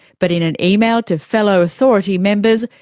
but in an email to fellow authority members,